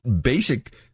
basic